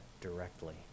directly